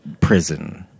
prison